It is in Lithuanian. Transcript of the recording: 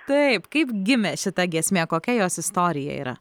taip kaip gimė šita giesmė kokia jos istorija yra